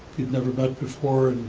he'd never met before,